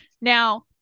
now